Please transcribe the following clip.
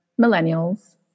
millennials